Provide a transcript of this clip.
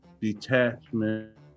detachment